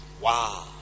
Wow